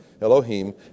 Elohim